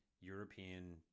European